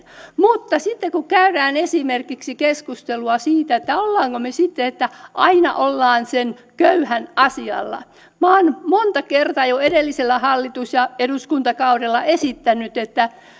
mutta sitten kun käydään esimerkiksi keskustelua siitä olemmeko me sitten aina sen köyhän asialla minä olen jo monta kertaa jo edellisellä hallitus ja eduskuntakaudella esittänyt että kun